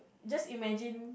just imagine